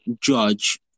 Judge